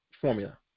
formula